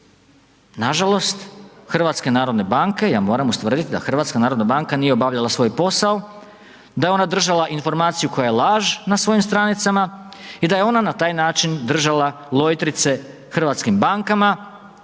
Nažalost HNB, ja moram ustvrdit da HNB nije obavljala svoj posao, da je ona držala informaciju koja je laž na svojim stranicama i da je ona na taj način držala lojtrice hrvatskim bankama